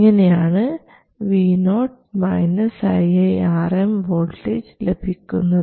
ഇങ്ങനെയാണ് vo iiRm voltage ലഭിക്കുന്നത്